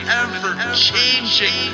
ever-changing